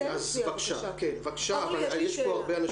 אורלי, יש לי שאלה.